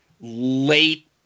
late